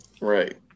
Right